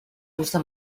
gusta